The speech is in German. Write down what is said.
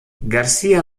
garcía